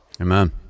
Amen